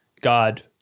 god